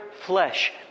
flesh